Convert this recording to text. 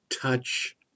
touch